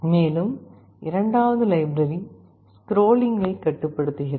மேலும் இரண்டாவது லைப்ரரி ஸ்க்ரோலிங்கை கட்டுப்படுத்துகிறது